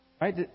Right